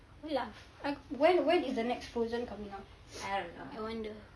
olaf ak~ when when is the next frozen coming out I wonder